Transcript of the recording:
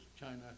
China